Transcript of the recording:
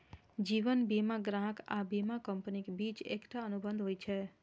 जीवन बीमा ग्राहक आ बीमा कंपनीक बीच एकटा अनुबंध होइ छै